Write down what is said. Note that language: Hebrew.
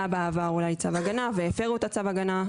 בעבר אולי צו הגנה והפרו את צו ההגנה.